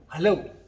Hello